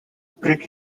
break